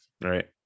right